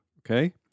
Okay